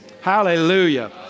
Hallelujah